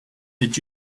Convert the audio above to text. did